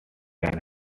can